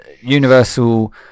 Universal